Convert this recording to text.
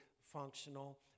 functional